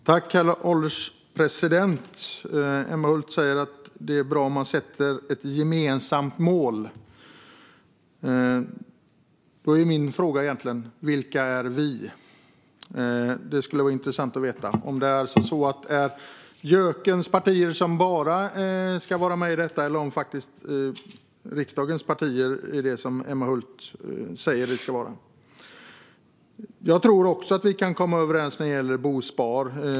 Herr ålderspresident! Emma Hult säger att det är bra om vi sätter upp ett gemensamt mål. Då är min fråga: Vilka är "vi"? Det skulle vara intressant att veta om det bara är JÖK:ens partier som ska vara med i detta eller om Emma Hult avser riksdagens partier. Jag tror att vi kan komma överens när det gäller bosparande.